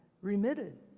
remitted